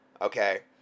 okay